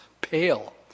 pale